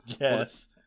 Yes